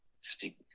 speak